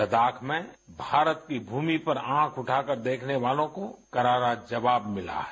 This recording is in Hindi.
लद्दाख में भारत की भूमि पर आँख उठाकर देखने वालों को करारा जवाब मिला है